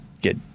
get